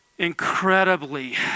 incredibly